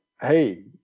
hey